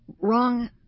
wrong